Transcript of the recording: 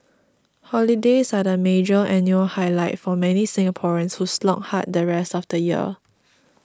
holidays are the major annual highlight for many Singaporeans who slog hard the rest of the year